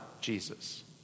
Jesus